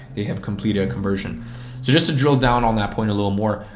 they have completed a conversion. so just to drill down on that point a little more,